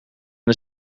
een